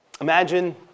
Imagine